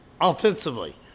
offensively